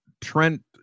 trent